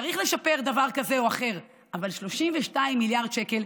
צריך לשפר דבר כזה או אחרף אבל 32 מיליארד שקל,